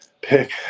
pick